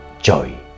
joy